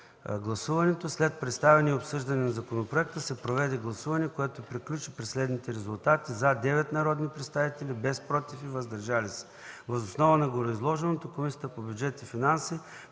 гласуването: „След представяне и обсъждане на законопроекта се проведе гласуване, което приключи при следните резултати: „за” – 9 народни представители, без „против” и „въздържали се”. Въз основа на гореизложеното Комисията по бюджет и финанси